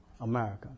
America